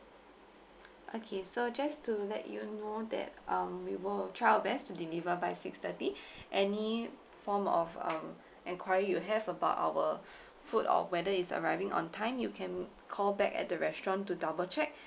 okay so just to let you know that um we will try our best to deliver by six thirty any form of um enquiry you have about our food or whether it's arriving on time you can call back at the restaurant to double check